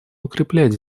укреплять